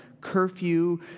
curfew